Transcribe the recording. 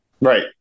Right